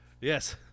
Yes